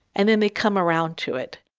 and then they'd come around to it.